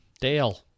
Dale